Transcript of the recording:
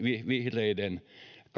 vihreiden